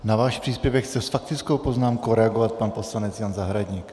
Na váš příspěvek chce s faktickou poznámkou reagovat pan poslanec Jan Zahradník.